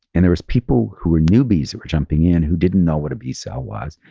and there was people who were newbies who were jumping in who didn't know what a b-cell was,